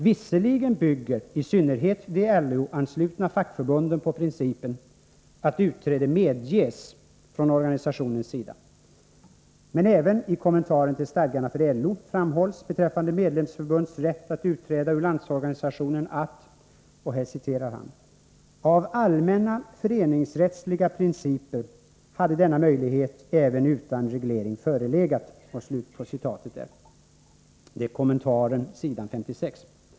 Visserligen bygger i synnerhet de LO-anslutna fackförbunden på principen att utträde medges från organisationens sida, men även i kommentaren till stadgarna för LO framhålls betr medlemsförbunds rätt att utträda ur landsorganisationen att ”av allmänna föreningsrättsliga principer ... denna möjlighet även utan reglering förelegat” .